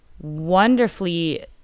wonderfully